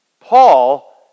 Paul